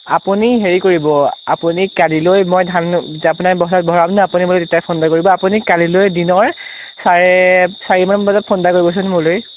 আপুনি হেৰি কৰিব আপুনি কালিলৈ মই ধান আপোনাৰ ভৰাম ন আপুনি মোলৈ তেতিয়া ফোন এটা কৰিব আপুনি কালিলৈ দিনৰ চাৰে চাৰিটামান বজাত ফোন এটা কৰিবচোন মোলৈ